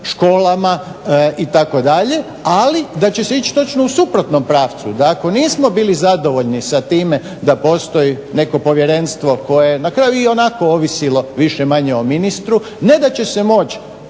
školama itd., ali da će se ići točno u suprotnom pravcu. Da ako nismo bili zadovoljni sa time da postoji neko povjerenstvo koje je na kraju ionako ovisilo više-manje o ministru, ne da će se moći